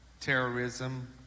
terrorism